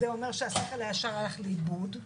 זה אומר שהשכל הישר הלך לאיבוד,